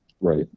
Right